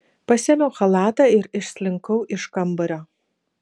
pasiėmiau chalatą ir išslinkau iš kambario